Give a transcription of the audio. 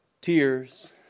Tears